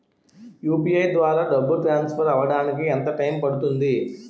UPI ద్వారా డబ్బు transfer అవ్వడానికి ఎంత టైం పడుతుంది?